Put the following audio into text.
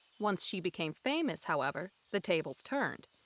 once she became famous, however, the tables turned,